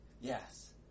Yes